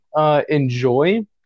enjoy